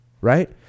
Right